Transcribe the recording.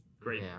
great